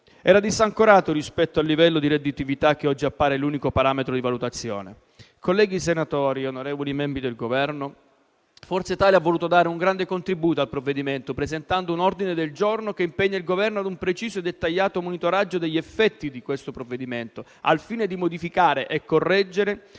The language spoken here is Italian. era disancorato dal livello di redditività che oggi appare l'unico parametro di valutazione. Colleghi senatori, onorevoli membri del Governo, Forza Italia ha voluto dare un grande contributo al provvedimento presentando un ordine del giorno che impegna l'Esecutivo a un preciso e dettagliato monitoraggio degli effetti di questo disegno di legge, al fine di modificare e correggere